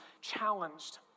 challenged